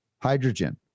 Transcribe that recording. hydrogen